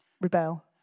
rebel